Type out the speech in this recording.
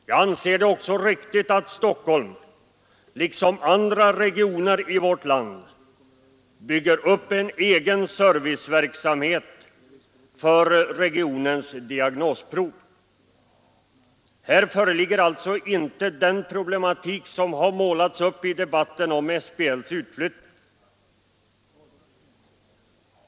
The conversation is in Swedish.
Jag anser det riktigt att Stockholm, liksom andra regioner i vårt land, bygger upp en egen serviceverksamhet för regionens diagnosprov. Här föreligger alltså inte de problem som målats upp i debatten om SBL utflyttning.